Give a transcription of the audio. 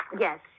Yes